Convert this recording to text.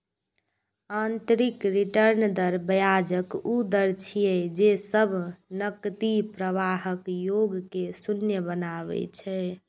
आंतरिक रिटर्न दर ब्याजक ऊ दर छियै, जे सब नकदी प्रवाहक योग कें शून्य बनबै छै